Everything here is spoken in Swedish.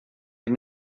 vid